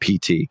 pt